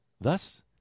Thus